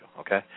okay